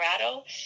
Colorado